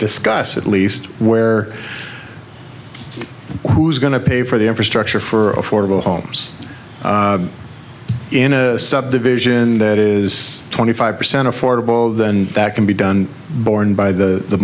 discuss at least where who's going to pay for the infrastructure for affordable homes in a subdivision that is twenty five percent affordable then that can be done borne by the